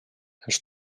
els